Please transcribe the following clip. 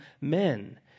men